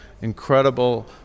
incredible